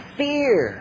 fear